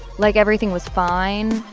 like, everything was fine.